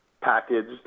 packaged